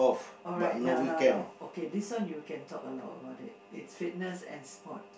alright no no no okay this one you can talk a lot about it it's fitness and sport